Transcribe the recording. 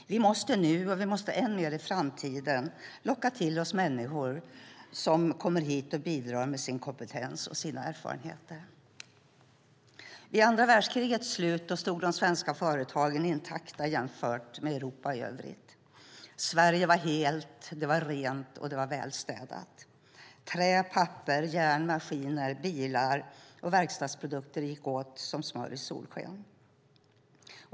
Vi måste nu och än mer i framtiden locka till oss människor som kommer hit och bidrar med sin kompetens och sina erfarenheter. Vid andra världskrigets slut stod de svenska företagen intakta jämfört med Europa i övrigt. Sverige var helt, rent och välstädat. Trä, papper, järn, maskiner, bilar och verkstadsprodukter gick åt som smör i solsken.